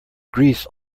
grease